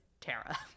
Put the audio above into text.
Tara